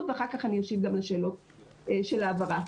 ואחר כך אני אשיב גם לשאלות של ההעברה.